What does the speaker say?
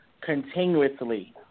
continuously